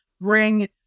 bring